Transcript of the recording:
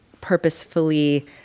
purposefully